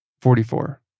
Forty-four